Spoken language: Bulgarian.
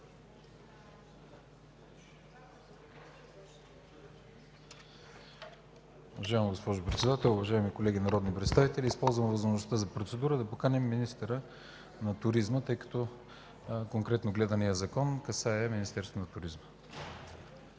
Уважаема госпожо Председател, уважаеми колеги народни представители! Използвам възможността за процедура да поканим министъра на туризма, тъй като конкретно гледаният закон касае Министерството на туризма.